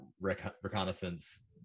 reconnaissance